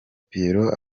pierrot